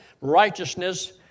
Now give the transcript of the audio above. righteousness